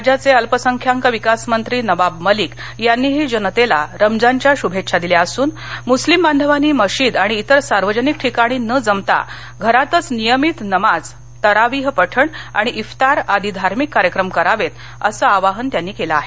राज्याचे अल्पसंख्याक विकास मंत्री नवाब मलिक यांनीही जनतेला रमजानच्या शुभेच्छा दिल्या असून मुस्लीम बांधवानी मशीद किंवा इतर सार्वजनिक ठिकाणी न जमता घरातच नियमित नमाज तरावीह पठण आणि इफ्तार आदी धार्मिक कार्यक्रम करावेत असं आवाहन त्यांनी केलं आहे